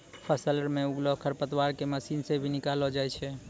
फसल मे उगलो खरपतवार के मशीन से भी निकालो जाय छै